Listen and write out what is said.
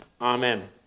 Amen